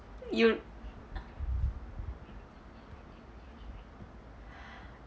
you